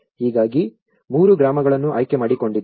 ಹೀಗಾಗಿ ಮೂರು ಗ್ರಾಮಗಳನ್ನು ಆಯ್ಕೆ ಮಾಡಿಕೊಂಡಿದ್ದೇನೆ